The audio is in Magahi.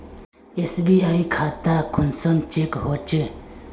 एस.बी.आई खाता कुंसम चेक होचे?